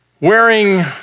wearing